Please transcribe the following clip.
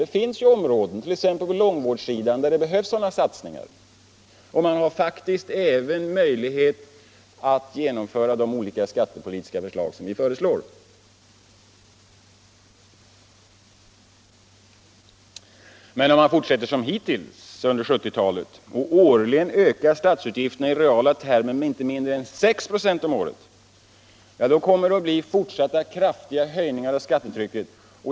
Det finns områden, t.ex. på långvårdssidan, där det behövs sådana satsningar. Man har faktiskt även möjlighet att genomföra de olika skattepolitiska ändringar som vi föreslår. Om man däremot fortsätter som hittills under 1970-talet och ökar statsutgifterna med inte mindre än 6 96 om året i reala termer, kommer det att bli fortsatta kraftiga höjningar av skattetrycket.